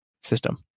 system